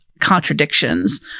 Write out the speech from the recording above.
contradictions